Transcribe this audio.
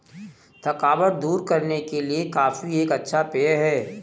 थकावट दूर करने के लिए कॉफी एक अच्छा पेय है